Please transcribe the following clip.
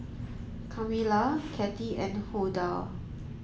Kamilah Cathie and Huldah